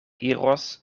iros